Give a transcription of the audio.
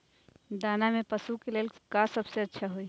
दाना में पशु के ले का सबसे अच्छा होई?